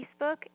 Facebook